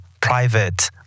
private